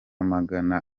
magana